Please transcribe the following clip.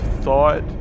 thought